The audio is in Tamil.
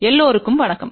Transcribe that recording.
எல்லோருக்கும் வணக்கம்